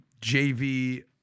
JV